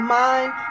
mind